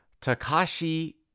Takashi